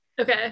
okay